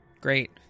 Great